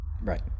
right